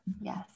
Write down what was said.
Yes